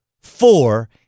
four